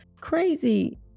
crazy